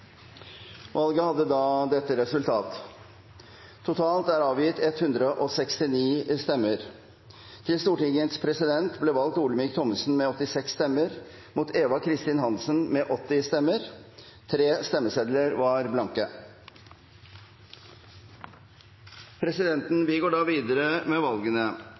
Valget hadde dette resultatet: Det ble avgitt totalt 169 stemmer. Til Stortingets president ble valgt Olemic Thommessen med 86 stemmer. 80 stemmer ble avgitt til Eva Kristin Hansen. 3 stemmesedler var blanke. Presidenten